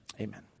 amen